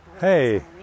Hey